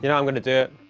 you know i'm gonna do